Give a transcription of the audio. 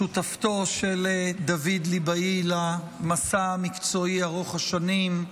שותפתו של דוד ליבאי למסע המקצועי ארוך השנים,